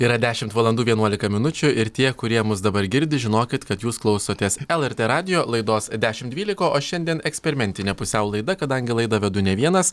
yra dešimt valandų vienuolika minučių ir tie kurie mus dabar girdi žinokit kad jūs klausotės lrt radijo laidos dešim dvylika o šiandien eksperimentinė pusiau laida kadangi laidą vedu ne vienas